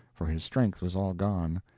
for his strength was all gone,